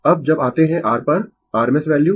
अब जब आते है r पर RMS वैल्यू